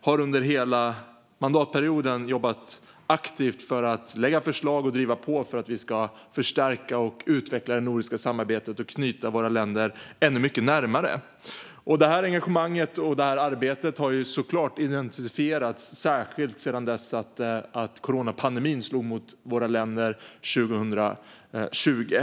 har under hela mandatperioden jobbat aktivt för att lägga förslag och driva på för att vi ska förstärka och utveckla det nordiska samarbetet och knyta våra länder ännu mycket närmare. Detta engagemang och arbete har såklart intensifierats särskilt sedan coronapandemin slog mot våra länder 2020.